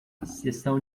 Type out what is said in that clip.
seção